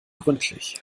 gründlich